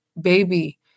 baby